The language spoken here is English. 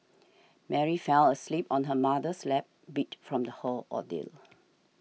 Mary fell asleep on her mother's lap beat from the whole ordeal